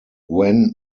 when